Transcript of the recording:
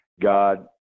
God